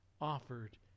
offered